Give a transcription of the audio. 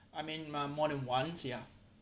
I mean might more than once ya